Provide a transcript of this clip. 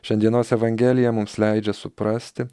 šiandienos evangelija mums leidžia suprasti